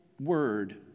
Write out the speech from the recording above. word